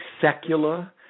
secular